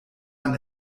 man